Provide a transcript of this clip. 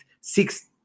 six